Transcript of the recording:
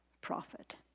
profit